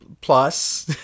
Plus